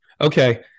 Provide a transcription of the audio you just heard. okay